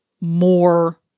more